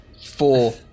Four